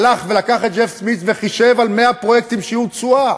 הלך ולקח את ג'ף סמית וחישב על 100 פרויקטים שיעור תשואה,